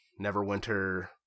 Neverwinter